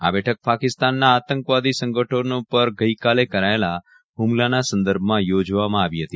આ બેઠક પાકિસ્તાનના આતંકવાદી સંગઠનો પર ગઇકાલે કરાયેલા હુમલાના સંદર્ભમાં યોજવામાં આવી હતી